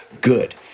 good